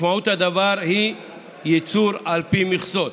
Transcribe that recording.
משמעות הדבר היא ייצור על פי מכסות,